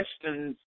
questions